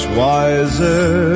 wiser